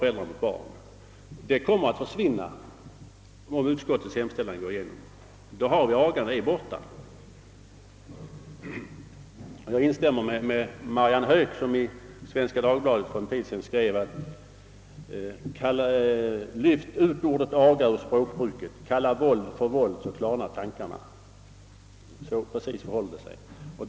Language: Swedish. Detta förhållande kommer att upphöra, om utskottets hemställan går igenom. Då är agan borta. Jag instämmer med Marianne Höök, som i Svenska Dagblade:i för en tid sedan skrev: »Lyft ut ordet aga ur språkbruket. Kalla våld för våld så klarnar tankarna.» Precis så förhåller det sig.